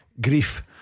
Grief